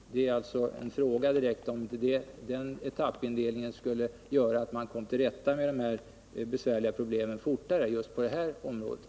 Det är alltså en direkt fråga om inte en sådan etappindelning skulle göra att man fortare kom till rätta med de besvärliga problemen just på det här området.